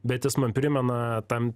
bet jis man primena tam